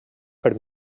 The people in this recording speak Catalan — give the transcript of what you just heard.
per